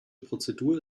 prozedur